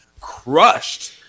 crushed